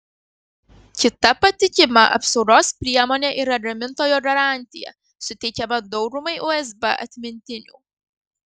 kita patikima apsaugos priemonė yra gamintojo garantija suteikiama daugumai usb atmintinių